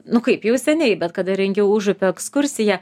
nu kaip jau seniai bet kada rengiau užupio ekskursiją